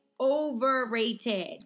overrated